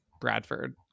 Bradford